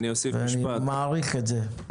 מעריך את זה.